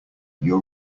your